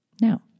Now